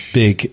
big